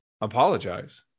apologize